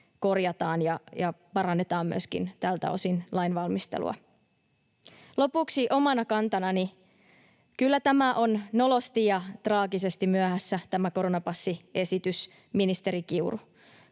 korjataan ja parannetaan myöskin tältä osin lainvalmistelua. Lopuksi omana kantanani: Kyllä tämä koronapassiesitys on nolosti ja traagisesti myöhässä, ministeri Kiuru.